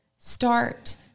start